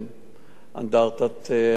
אנדרטת הצנחנים,